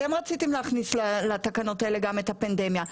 אתם רציתם להכניס לתקנות האלה גם את הפנדמיה.